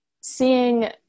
seeing